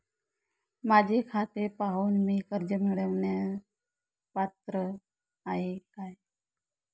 माझे खाते पाहून मी कर्ज मिळवण्यास पात्र आहे काय?